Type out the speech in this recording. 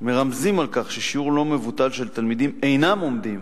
מרמזים על כך ששיעור לא מבוטל של תלמידים אינם עומדים